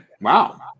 Wow